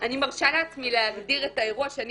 אני מרשה לעצמי להגדיר את האירוע שאני